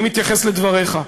אני מתייחס לדבריך,